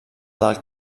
del